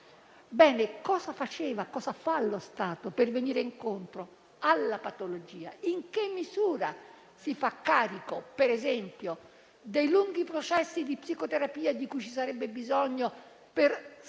rischio altissimo. Cosa fa lo Stato per affrontare la patologia? In che misura si fa carico, per esempio, dei lunghi processi di psicoterapia di cui ci sarebbe bisogno per spostare